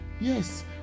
Yes